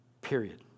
period